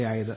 A ആയത്